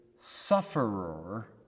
sufferer